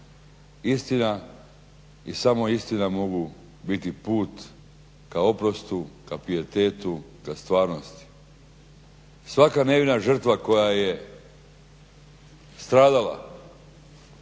Istina i samo istina mogu biti put ka oprostu, ka pijetetu, ka stvarnosti. Svaka nevina žrtva koja je stradala